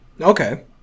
Okay